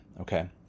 okay